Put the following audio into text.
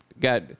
got